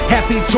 Happy